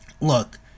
look